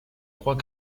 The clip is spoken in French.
crois